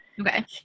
Okay